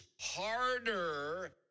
harder